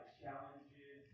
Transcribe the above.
challenges